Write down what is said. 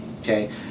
okay